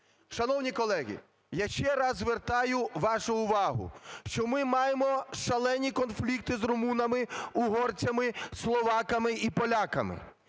Шановні колеги, я ще раз звертаю вашу увагу, що ми маємо шалені конфлікти з румунами, угорцями, словаками і поляками.